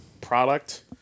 product